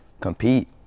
compete